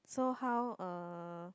so how uh